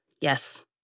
Yes